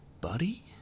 Buddy